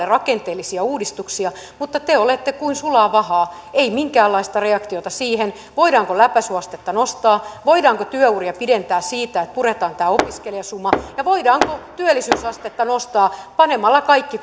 rakenteellisia uudistuksia mutta te olette kuin sulaa vahaa ei minkäänlaista reaktiota siihen voidaanko läpäisyastetta nostaa voidaanko työuria pidentää sillä että puretaan tämä opiskelijasuma ja voidaanko työllisyysastetta nostaa panemalla kaikki